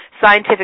Scientific